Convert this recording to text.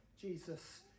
Jesus